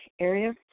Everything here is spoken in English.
area